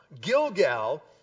Gilgal